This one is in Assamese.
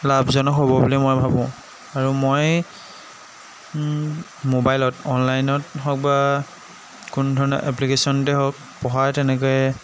লাভজনক হ'ব বুলি মই ভাবোঁ আৰু মই ম'বাইলত অনলাইনত হওক বা কোনোধৰণৰ এপ্লিকেশ্যনতে হওক পঢ়াই তেনেকৈ